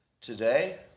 today